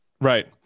right